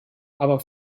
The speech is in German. aber